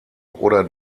oder